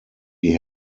die